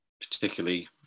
particularly